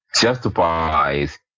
justifies